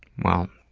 well,